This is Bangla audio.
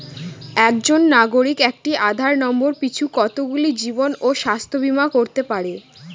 একজন নাগরিক একটি আধার নম্বর পিছু কতগুলি জীবন ও স্বাস্থ্য বীমা করতে পারে?